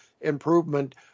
improvement